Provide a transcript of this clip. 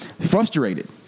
frustrated